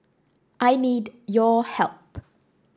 I need your help